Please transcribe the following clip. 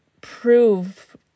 prove